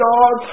God